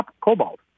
cobalt